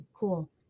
cool